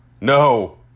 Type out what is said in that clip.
no